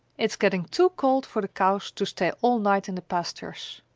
it is getting too cold for the cows to stay all night in the pastures.